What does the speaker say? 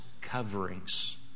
coverings